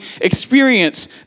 experience